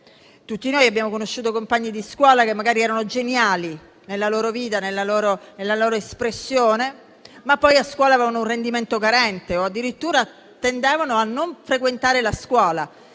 Tutti noi abbiamo conosciuto dei compagni di scuola che magari erano geniali nella loro vita e nella loro espressione, ma poi a scuola avevano un rendimento carente o addirittura tendevano a non frequentare la scuola,